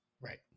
right